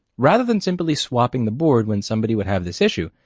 rather than simply swapping the board when somebody would have this issue,